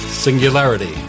Singularity